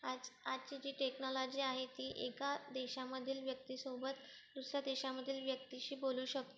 आज आजची जी टेक्नॉलॉजी आहे ती एका देशामधील व्यक्तीसोबत दुसऱ्या देशामधील व्यक्तीशी बोलू शकतो